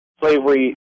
slavery